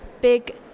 big